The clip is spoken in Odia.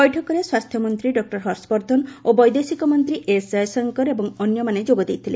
ବୈଠକରେ ସ୍ୱାସ୍ଥ୍ୟମନ୍ତ୍ରୀ ଡକ୍ଟର ହର୍ଷବର୍ଦ୍ଧନ ଓ ବୈଦେଶିକ ମନ୍ତ୍ରୀ ଏସ୍ ଜୟଶଙ୍କର ଏବଂ ଅନ୍ୟମାନେ ଯୋଗ ଦେଇଥିଲେ